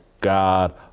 God